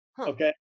Okay